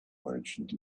merchant